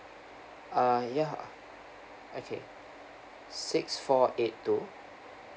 uh ya uh okay six four eight two